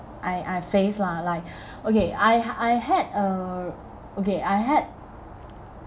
I I face lah like okay I I had a okay I had